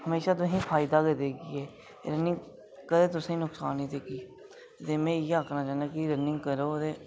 म्हेशां तुसें गी फायदा गै देग रनिंग कदें तुसें गी नुकसान निं देगी ते में इ'यै आखना चाह्न्नां कि रनिंग करो ते